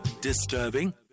Disturbing